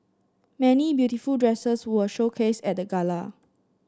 many beautiful dresses were showcased at the gala